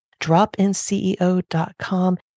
dropinceo.com